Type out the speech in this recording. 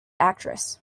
actress